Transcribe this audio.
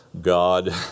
God